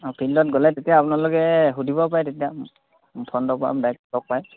অঁ ফিল্ডত গ'লে তেতিয়া আপোনালোকে সুধিব পাৰে তেতিয়া ফ্ৰণ্টৰপৰা ডাইক লগ পায়